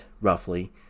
roughly